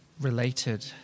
related